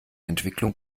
entwicklung